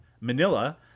Manila